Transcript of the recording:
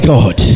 God